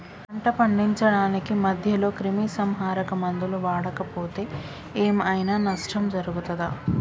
పంట పండించడానికి మధ్యలో క్రిమిసంహరక మందులు వాడకపోతే ఏం ఐనా నష్టం జరుగుతదా?